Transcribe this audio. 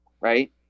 Right